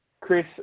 Chris